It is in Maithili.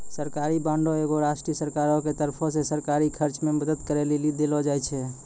सरकारी बांड एगो राष्ट्रीय सरकारो के तरफो से सरकारी खर्च मे मदद करै लेली देलो जाय छै